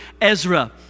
Ezra